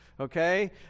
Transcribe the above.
Okay